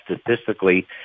statistically